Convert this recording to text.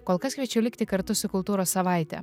kol kas kviečiu likti kartu su kultūros savaite